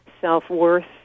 self-worth